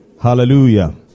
Hallelujah